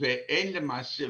ואין למעשה.